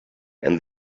and